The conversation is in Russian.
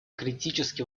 критически